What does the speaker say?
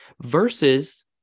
Versus